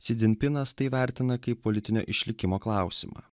si dzinpinas tai vertina kaip politinio išlikimo klausimą